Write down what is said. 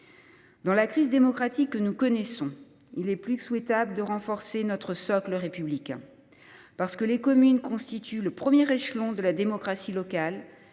Dans la crise démocratique que nous connaissons, il est plus que souhaitable de renforcer notre socle républicain. Parce que les communes constituent le premier échelon de la démocratie locale,